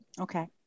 Okay